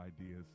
ideas